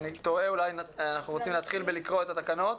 אולי אנחנו רוצים להתחיל לקרוא את התקנות.